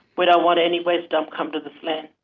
we don't want any waste dump come to this land.